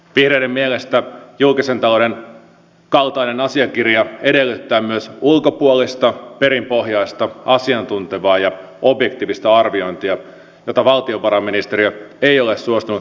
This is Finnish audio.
vihreiden mielestä julkisen talouden suunnitelman kaltainen asiakirja edellyttää myös ulkopuolista perinpohjaista asiantuntevaa ja objektiivista arviointia jota valtiovarainministeriö ei ole suostunut hyödyntämään